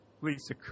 Lisa